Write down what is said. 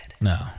No